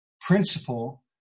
principle